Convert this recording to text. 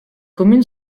commune